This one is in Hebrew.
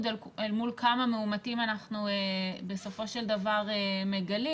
אל מול כמה מאומתים אנחנו בסופו של דבר מגלים,